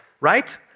right